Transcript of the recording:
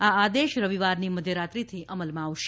આ આદેશ રવિવારની મધ્યરાત્રિથી અમલમાં આવશે